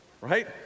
right